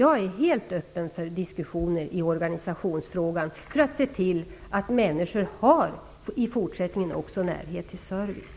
Jag är helt öppen för diskussion i organisationsfrågan och vill se till att människor också i fortsättningen har närhet till service.